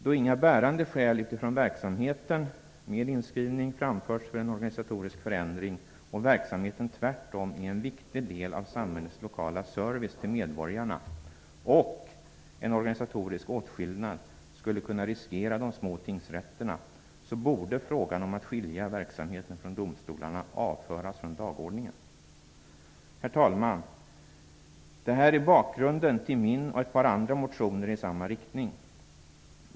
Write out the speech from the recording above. Då inga bärande skäl utifrån verksamheten med inskrivning framförts för en organisatorisk förändring, utan verksamheten tvärtom är en viktig del av samhällets lokala service till medborgarna och en organisatorisk åtskillnad skulle kunna riskera de små tingsrätterna, borde frågan om att skilja verksamheten från domstolarna avföras från dagordningen. Herr talman! Det här är bakgrunden till min och ett par andra motioner i samma riktning.